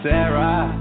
Sarah